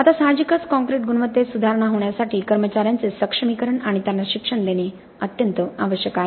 आता साहजिकच काँक्रीट गुणवत्तेत सुधारणा होण्यासाठी कर्मचार्यांचे सक्षमीकरण आणि त्यांना शिक्षण देणे अत्यंत आवश्यक आहे